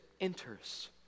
enters